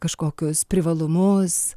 kažkokius privalumus